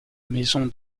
maison